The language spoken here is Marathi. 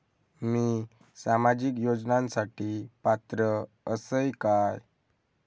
मी सामाजिक योजनांसाठी पात्र असय काय?